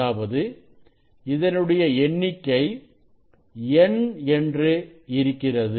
அதாவது இதனுடைய எண்ணிக்கை n என்று இருக்கிறது